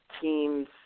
teams